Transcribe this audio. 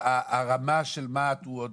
והרמה של מה"ט הוא עוד,